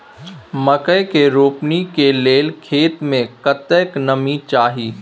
मकई के रोपनी के लेल खेत मे कतेक नमी चाही?